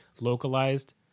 localized